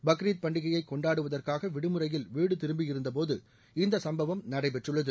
பக்ரீத் பண்டிகையை கொண்டாடுவதற்காக விடுமுறையில் வீடு திரும்பியிருந்தபோது இந்த சம்பவம் நடைபெற்றுள்ளது